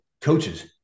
coaches